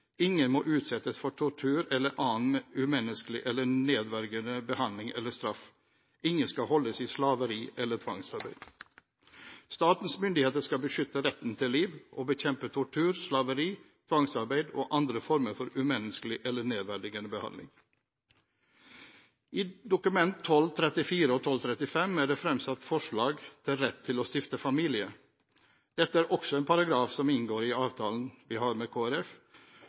Ingen må utsettes for tortur eller annen umenneskelig eller nedverdigende behandling eller straff. Ingen skal holdes i slaveri eller tvangsarbeid. Statens myndigheter skal beskytte retten til liv og bekjempe tortur, slaveri, tvangsarbeid og andre former for umenneskelig eller nedverdigende behandling.» I Dokument 12:34 og 12:35 er det fremsatt forslag om rett til å stifte familie. Dette er også en paragraf som inngår i avtalen vi har med